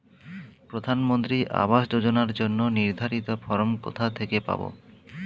প্রধানমন্ত্রী আবাস যোজনার জন্য নির্ধারিত ফরম কোথা থেকে পাব?